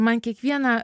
man kiekvieną